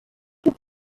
have